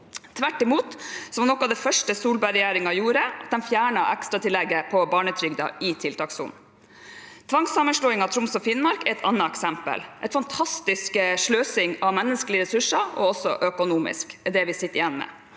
Tvert imot var noe av det første Solberg-regjeringen gjorde, å fjerne ekstratillegget på barnetrygden i tiltakssonen. Tvangssammenslåingen av Troms og Finnmark er et annet eksempel. En fantastisk sløsing med menneskelige ressurser, og også økonomiske, er det vi sitter igjen med.